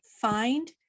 find